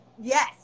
Yes